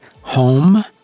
HOME